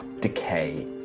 decay